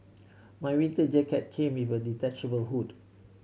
my winter jacket came with a detachable hood